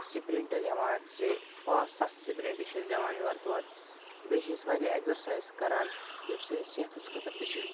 sprint دِوان زِ پانٛژھ سَتھ سِپرِنٛٹ چھِ أسۍ دِوان یورٕ تورٕ بیٚیہِ چھِ أسۍ واریاہ اٮ۪کزَرسایز کَران یِم سٲنِس صحتَس خٲطرٕ تہِ چھِ